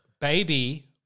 Baby